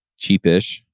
cheapish